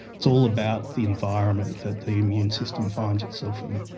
it's all about the environment that the immune system finds itself in.